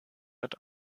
mit